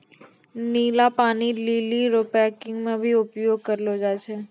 नीला पानी लीली रो पैकिंग मे भी उपयोग करलो जाय छै